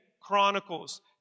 Chronicles